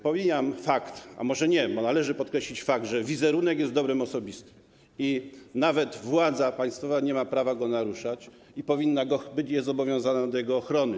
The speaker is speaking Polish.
Pomijam fakt, a może nie, bo należy podkreślić fakt, że wizerunek jest dobrem osobistym i nawet władza państwowa nie ma prawa go naruszać i tak samo powinna być zobowiązana do jego ochrony.